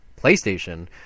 PlayStation